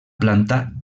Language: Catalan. planta